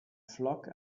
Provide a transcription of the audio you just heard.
flock